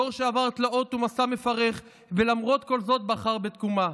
דור שעבר תלאות ומסע מפרך ולמרות כל זאת בחר בתקומה.